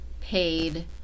paid